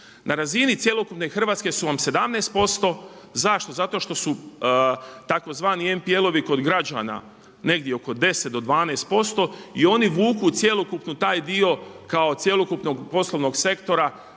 Na razini cjelokupne Hrvatske su vam 17%. Zašto? Zato što su tzv. NPL-ovi kod građana negdje oko 10 do 12% i oni vuku cjelokupno taj dio kad cjelokupnog poslovnog sektora,